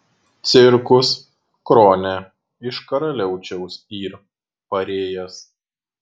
cirkus krone iš karaliaučiaus yr parėjęs